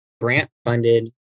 grant-funded